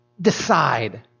decide